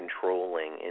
controlling